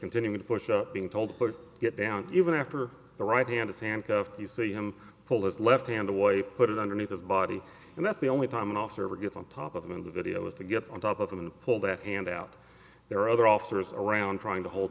continuing to push up being told to get down to even after the right hand is handcuffed you see him pull his left hand away put it underneath his body and that's the only time an officer ever gets on top of him in the video is to get on top of him and pull that hand out there other officers around trying to hold